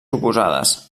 oposades